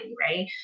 right